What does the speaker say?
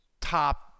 top